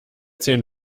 zehn